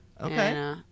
Okay